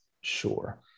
sure